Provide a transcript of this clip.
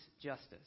justice